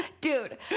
Dude